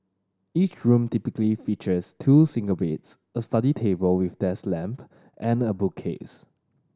each room typically features two single beds a study table with desk lamp and a bookcase